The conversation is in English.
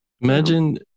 Imagine